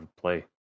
play